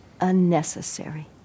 unnecessary